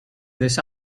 this